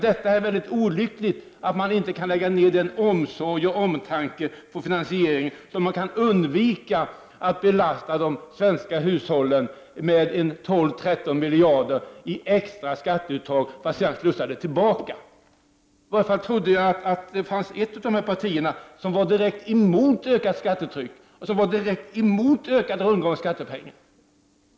Det är mycket olycklig att man inte kan lägga ner en sådan omsorg och omtanke på finansieringen att man kan undvika att belasta de svenska hushållen med 12-13 miljarder i extra skatteuttag för att sedan ge de medlen tillbaka. Jag trodde i varje fall att ett parti var direkt emot ett ökat skattetryck och en ökad rundgång av skattepengar.